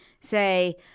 say